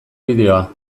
bideoa